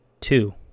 two